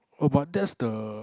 oh but that's the